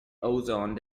ozone